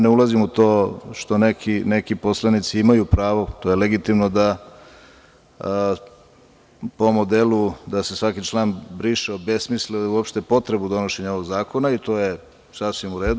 Ne ulazim u to što neki poslanici imaju pravo, to je legitimno, da po modelu da se svaki član briše, obesmisle uopšte potrebu donošenja ovog zakona, i to je sasvim u redu.